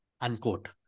unquote